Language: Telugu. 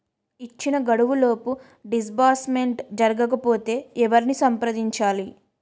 ఇచ్చిన గడువులోపు డిస్బర్స్మెంట్ జరగకపోతే ఎవరిని సంప్రదించాలి?